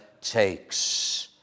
takes